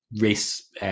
race –